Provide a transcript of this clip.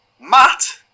Matt